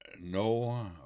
no